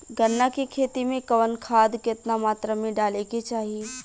गन्ना के खेती में कवन खाद केतना मात्रा में डाले के चाही?